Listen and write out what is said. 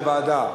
הוועדה,